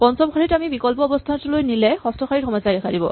পঞ্চম শাৰীত আমি বিকল্প অৱস্হানটোলৈ নিলে ষষ্ঠ শাৰীত সমস্যাই দেখা দিব